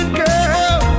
girl